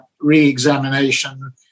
re-examination